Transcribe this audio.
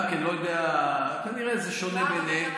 גם כן, לא יודע, כנראה זה שונה בעיניהם.